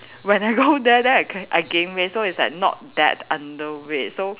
when I go there then I gain I gain weight so it's like not that underweight so